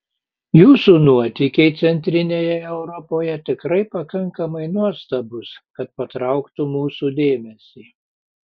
jūsų nuotykiai centrinėje europoje tikrai pakankamai nuostabūs kad patrauktų mūsų dėmesį